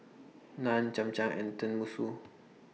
Naan Cham Cham and Tenmusu